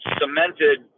cemented